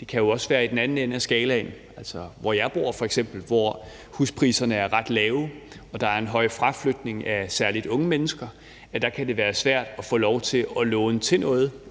Det kan jo også være i den anden enden af skalaen, altså hvor jeg f.eks. bor, hvor huspriserne er ret lave og der er en høj fraflytning af særlig unge mennesker, at det kan være svært at få lov til at låne til noget